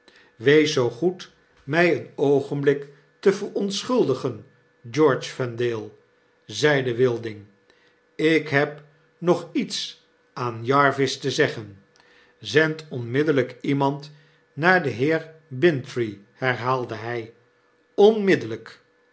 wees zoo goed mij een oogenblik te verontschuldigen george vendale zeide wilding ik heb nog iets aan jarvis te zeggen zend onmiddellp iemand naar den heer bintrey herhaalde hy